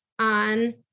on